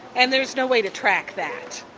and there's no way to track that.